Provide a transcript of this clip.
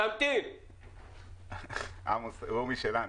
תמתין עמוס הוא משלנו,